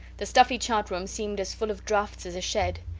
the stuffy chart-room seemed as full of draughts as a shed.